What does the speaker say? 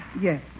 Yes